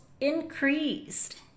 increased